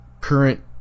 current